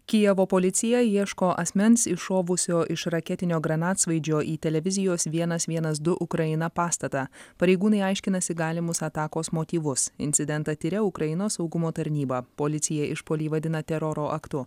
kijevo policija ieško asmens iššovusio iš raketinio granatsvaidžio į televizijos vienas vienas du ukraina pastatą pareigūnai aiškinasi galimus atakos motyvus incidentą tiria ukrainos saugumo tarnyba policija išpuolį vadina teroro aktu